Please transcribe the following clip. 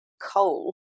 coal